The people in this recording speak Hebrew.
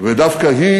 ודווקא היא